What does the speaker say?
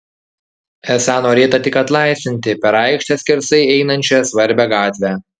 esą norėta tik atlaisvinti per aikštę skersai einančią svarbią gatvę